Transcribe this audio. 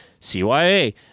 CYA